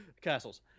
Castles